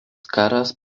karas